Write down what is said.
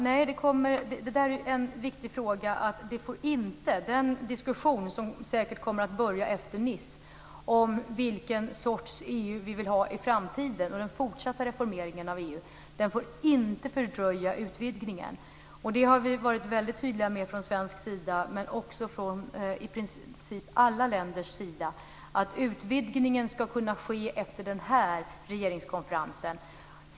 Fru talman! Det är en viktig fråga. Den diskussion som säkert kommer att börja efter Nice om vilken sorts EU vi vill ha i framtiden och den fortsatta reformeringen av EU får inte fördröja utvidgningen. Det har vi varit väldigt tydliga med från svensk, men också från i princip alla länders, sida. Utvidgningen ska kunna ske efter denna regeringskonferens.